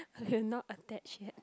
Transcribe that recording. we were not attached yet